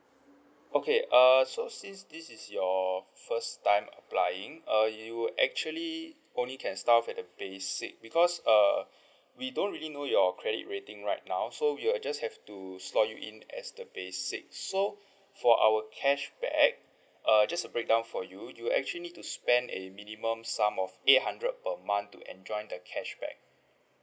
okay uh so since this is your first time applying uh you will actually only can start at a basic because uh we don't really know your credit rating right now so we will just have to slot you in as the basic so for our cashback uh just to break down for you you actually need to spend a minimum sum of eight hundred per month to enjoy the cashback